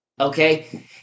okay